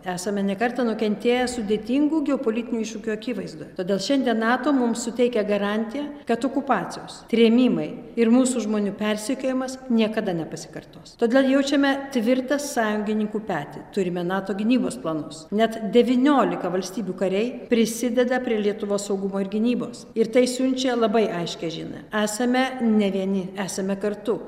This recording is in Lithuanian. esame ne kartą nukentėję sudėtingų geopolitinių iššūkių akivaizdoj todėl šiandien nato mums suteikia garantiją kad okupacijos trėmimai ir mūsų žmonių persekiojimas niekada nepasikartos todėl jaučiame tvirtą sąjungininkų petį turime nato gynybos planus net devyniolika valstybių kariai prisideda prie lietuvos saugumo ir gynybos ir tai siunčia labai aiškią žinią esame ne vieni esame kartu